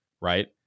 right